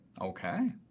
Okay